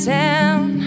town